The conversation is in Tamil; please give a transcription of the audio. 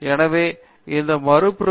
பேராசிரியர் பிரதாப் ஹரிதாஸ் சரி